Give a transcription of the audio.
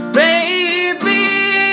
baby